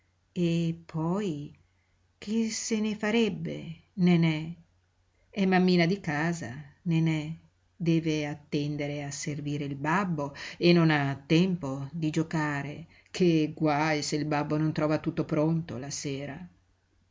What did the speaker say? e poi che se ne farebbe nenè è mammina di casa nenè deve attendere a servire il babbo e non ha tempo di giocare ché guaj se il babbo non trova tutto pronto la sera